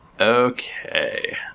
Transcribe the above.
Okay